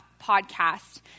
podcast